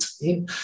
team